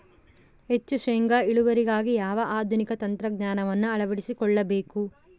ಹೆಚ್ಚು ಶೇಂಗಾ ಇಳುವರಿಗಾಗಿ ಯಾವ ಆಧುನಿಕ ತಂತ್ರಜ್ಞಾನವನ್ನು ಅಳವಡಿಸಿಕೊಳ್ಳಬೇಕು?